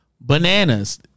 bananas